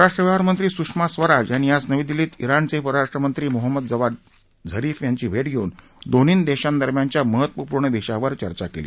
परराष्ट्र व्यवहार मंत्री सुषमा स्वराज यांनी आज नवी दिल्लीत ज्ञाणचे परराष्ट्र मंत्री मोहम्मद जवाद झरिफ यांची भेट घेऊन दोन्ही देशांदरम्यानच्या महत्त्वपूर्ण विषयांवर चर्चा केली